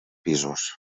pisos